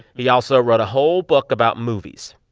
he also wrote a whole book about movies.